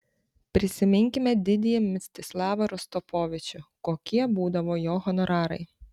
prisiminkime didįjį mstislavą rostropovičių kokie būdavo jo honorarai